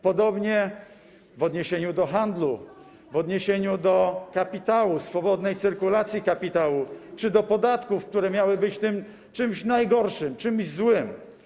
Podobnie w odniesieniu do handlu, w odniesieniu do kapitału, swobodnej cyrkulacji kapitału czy do podatków, które miały być tym czymś najgorszym, czymś złym.